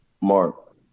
Mark